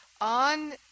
on